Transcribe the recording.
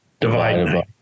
Divide